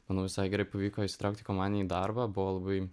manau visai gerai pavyko įsitraukti į komandinį darbą buvo labai